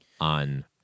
on